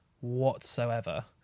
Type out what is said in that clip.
whatsoever